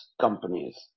companies